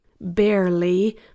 Barely